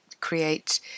create